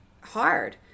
hard